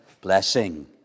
blessing